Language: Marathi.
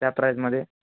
त्या प्राईजमध्ये